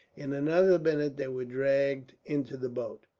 in another minute they were dragged into the boat.